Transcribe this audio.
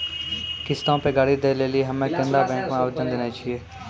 किश्तो पे गाड़ी दै लेली हम्मे केनरा बैंको मे आवेदन देने छिये